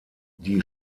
die